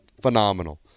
phenomenal